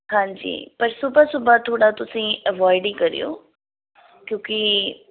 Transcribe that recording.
ਹਾਂਜੀ ਪਰ ਸੁਬਹ ਸੁਬਹ ਥੋੜ੍ਹਾ ਤੁਸੀਂ ਅਵੋਆਇਡ ਹੀ ਕਰਿਓ ਕਿਉਂਕਿ